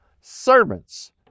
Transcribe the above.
Servants